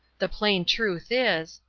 the plain truth is,